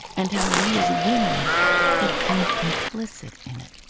and how we as women became complicit in it.